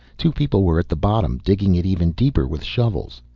two people were at the bottom, digging it even deeper with shovels.